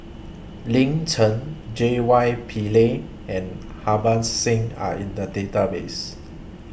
Lin Chen J Y Pillay and Harbans Singh Are in The Database